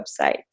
website